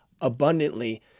abundantly